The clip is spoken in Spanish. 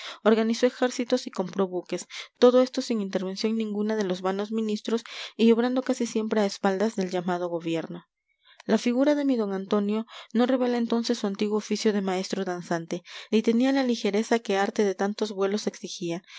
organizó ejércitos y compró buques todo esto sin intervención ninguna de los vanos ministros y obrando casi siempre a espaldas del llamado gobierno la figura de mi d antonio no revelaba entonces su antiguo oficio de maestro danzante ni tenía la ligereza que arte de tantos vuelos exigía